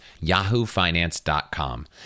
yahoofinance.com